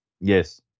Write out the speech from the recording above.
Yes